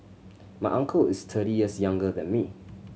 my uncle is thirty years younger than me